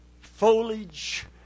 foliage